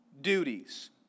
duties